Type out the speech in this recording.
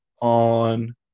on